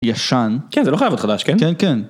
ישן כן זה לא חייב להיות חדש כן כן כן